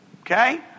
Okay